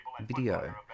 video